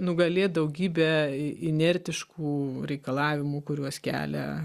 nugalėt daugybę inertiškų reikalavimų kuriuos kelia